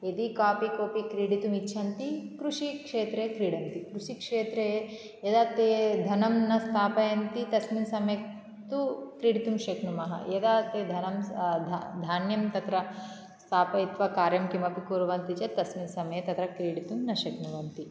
यदि कापि कोऽपि क्रीडितुम् इच्छन्ति कृषिक्षेत्रे क्रीडन्ति कृषिक्षेत्रे यदा ते धनं न स्थापयन्ति तस्मिन् समये तु क्रीडितुं शक्नुमः यदा ते धनं धान्यं तत्र स्थापयित्वा कार्यं किमपि कुर्वन्ति चेत् तस्मिन् समये तत्र क्रीडितुं न शक्नुवन्ति